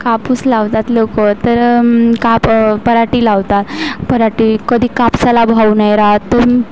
कापूस लावतात लोकं तर काप पराटी लावतात पराटी कधी कापसाला भाव नाही रातून